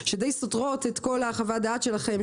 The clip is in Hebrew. שדי סותרות את כול חוות הדעת שלכם,